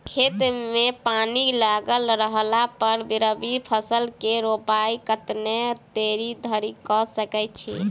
खेत मे पानि लागल रहला पर रबी फसल केँ रोपाइ कतेक देरी धरि कऽ सकै छी?